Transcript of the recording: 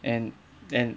and and